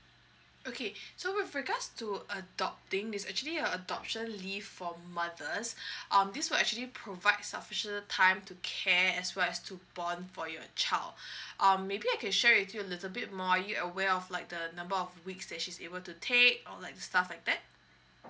okay so with regards to adopting it's actually a adoption leave for mothers um this will actually provide sufficient time to care as well as to born for your child um maybe I can share with you a little bit more are you aware of like the number of weeks that she's able to take or like stuff like that